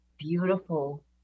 beautiful